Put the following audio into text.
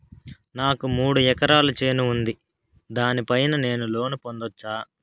నాకు మూడు ఎకరాలు చేను ఉంది, దాని పైన నేను లోను పొందొచ్చా?